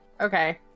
Okay